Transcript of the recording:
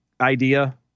idea